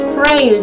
pray